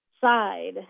side